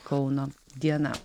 kauno diena